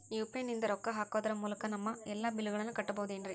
UPI ನಿಂದ ರೊಕ್ಕ ಹಾಕೋದರ ಮೂಲಕ ನಮ್ಮ ಎಲ್ಲ ಬಿಲ್ಲುಗಳನ್ನ ಕಟ್ಟಬಹುದೇನ್ರಿ?